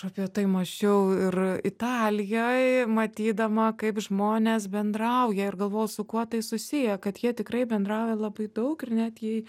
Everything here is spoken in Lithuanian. aš apie tai mąsčiau ir italijoj matydama kaip žmonės bendrauja ir galvojau su kuo tai susiję kad jie tikrai bendrauja labai daug ir net jei